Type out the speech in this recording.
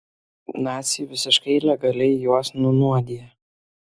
naciai visiškai legaliai juos nunuodija